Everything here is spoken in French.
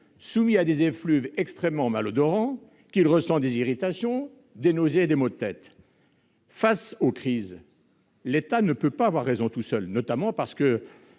soumis à des effluves extrêmement malodorants, qu'il ressent des irritations, des nausées et des maux de tête ? Face aux crises, l'État ne peut pas avoir raison tout seul, notamment parce que